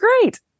great